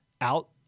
out